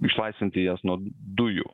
išlaisvinti jas nuo dujų